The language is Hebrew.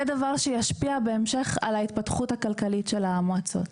זה דבר שישפיע בהמשך על ההתפתחות הכלכלית של המועצות.